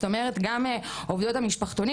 זאת אומרת גם עובדות המשפחתונים